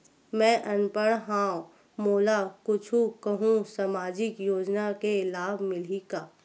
मैं अनपढ़ हाव मोला कुछ कहूं सामाजिक योजना के लाभ मिलही का?